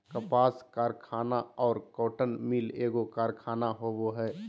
कपास कारखाना और कॉटन मिल एगो कारखाना होबो हइ